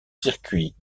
circuit